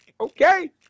Okay